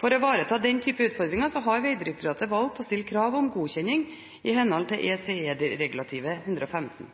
For å ivareta den typen utfordringer har Vegdirektoratet valgt å stille krav om godkjenning i henhold til ECE-regulativ 115.